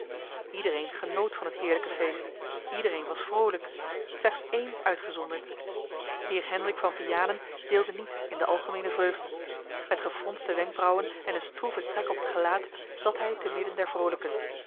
iedereen genoot van het heerlijke feest iedereen was vroolijk slechts één uitgezonderd heer hendrik van vianen deelde niet in de algemeene vreugde met gefronste wenkbrauwen en een stroeven trek op het gelaat zat hij te midden der vroolijken